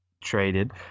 traded